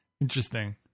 Interesting